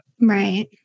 Right